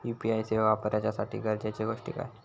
UPI सेवा वापराच्यासाठी गरजेचे गोष्टी काय?